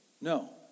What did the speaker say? No